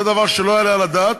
זה דבר שלא יעלה על הדעת,